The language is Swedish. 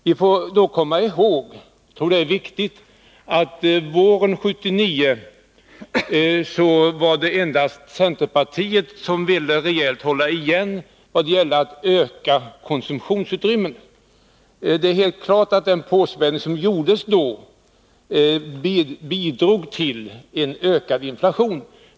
Vi får då komma ihåg — jag tror att det är viktigt — att det våren 1979 endast var centerpartiet som ville rejält hålla igen en ökning av konsumtionsutrymmet. Det är helt klart att den påspädning som gjordes då bidrog till en ökad inflation.